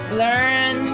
learn